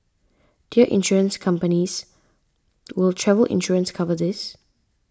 dear Insurance companies will travel insurance cover this